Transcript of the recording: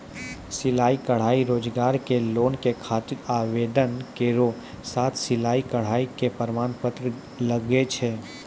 सिलाई कढ़ाई रोजगार के लोन के खातिर आवेदन केरो साथ सिलाई कढ़ाई के प्रमाण पत्र लागै छै?